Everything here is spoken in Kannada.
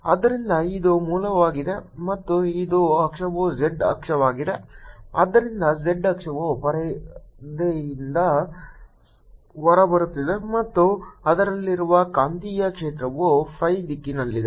ಆದ್ದರಿಂದ ಇದು ಮೂಲವಾಗಿದೆ ಮತ್ತು ಇದು ಅಕ್ಷವು z ಅಕ್ಷವಾಗಿದೆ ಆದ್ದರಿಂದ z ಅಕ್ಷವು ಪರದೆಯಿಂದ ಹೊರಬರುತ್ತಿದೆ ಮತ್ತು ಅದರಲ್ಲಿರುವ ಕಾಂತೀಯ ಕ್ಷೇತ್ರವು phi ದಿಕ್ಕಿನಲ್ಲಿದೆ